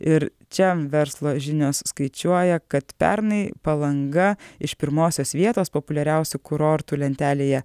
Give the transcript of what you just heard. ir čia verslo žinios skaičiuoja kad pernai palanga iš pirmosios vietos populiariausių kurortų lentelėje